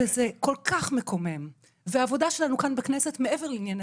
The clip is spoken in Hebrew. זה כל כך מקומם והעבודה שלנו כאן בכנסת מעבר לענייני